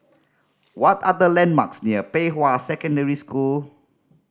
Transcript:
what are the landmarks near Pei Hwa Secondary School